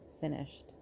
finished